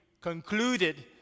concluded